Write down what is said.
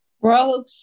bro